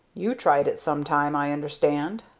you tried it some time, i understand?